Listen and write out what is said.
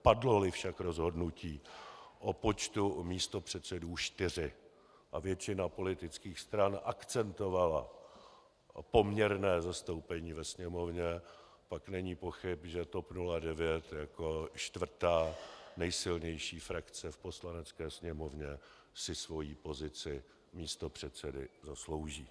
Padloli však rozhodnutí o počtu čtyř místopředsedů a většina politických stran akcentovala poměrné zastoupení ve Sněmovně, pak není pochyb, že TOP 09 jako čtvrtá nejsilnější frakce v Poslanecké sněmovně si svoji pozici místopředsedy zaslouží.